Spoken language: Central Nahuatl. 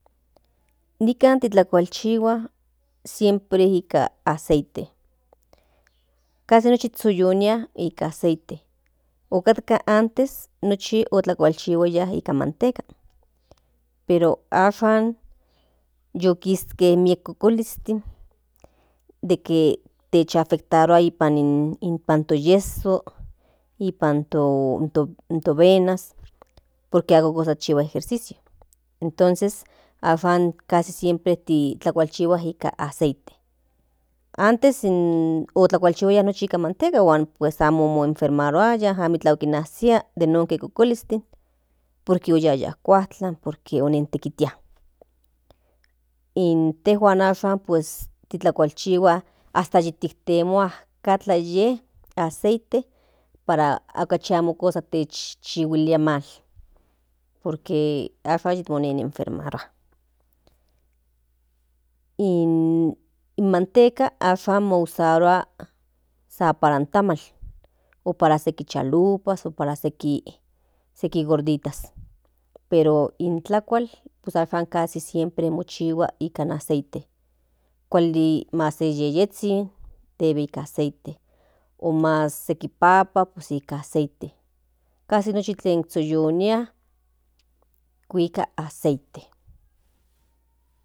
Nikan titlakualchihuan siempre nika aceite casi nochi otsoyonia nika aceite otkatka antes nochi otlakualchihuaya nika manteca pero ashan yiu kiske miek kokolizcli de que techafectarua nipan to yeso nipan to venas por que ako cosa chihua ejercicio entonces ashan tlakualchihua nikan aceite antes otlakualchihuaya nochi nikan manteca pues amo mo enfermaruaya amo iklan okinazia de nonke kokolizkli por que uyiaya in kuajtlan por que onentikitia intejuan ashan titlakualchihuas hasta kintemua tlaka ye aceite para ako cosa chihuilia por que ashn monenefermarua in manteca ashan mo usrua san para tamal para okseki gorditas okseki chalupas pero in tlakual pues ashan casi siempre mochihua nikan aceite mas se yeyezhin debe aceite mas seki papas nikan aceite casi nochi den zhoyonia kuika aceite.